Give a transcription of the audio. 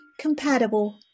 compatible